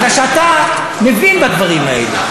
בגלל שאתה מבין בדברים האלה,